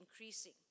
increasing